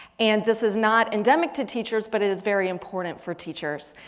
and this is not endemic to teachers but is very important for teachers.